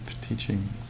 teachings